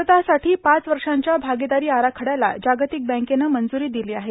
भारतासाठी पाच वर्षांच्या भागिदारी आराखड्याला जागतिक बँकेनं मंजूरी दिली आहे